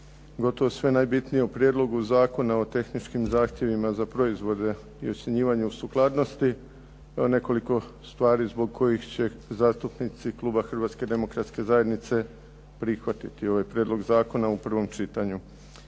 gotovo sve najbitnije o Prijedlog Zakona o tehničkim zahtjevima za proizvode i ocjenjivanje o sukladnosti evo nekoliko stvari zbog kojih će zastupnici kluba Hrvatske demokratske zajednice prihvatiti ovaj prijedlog zakona u prvom čitanju.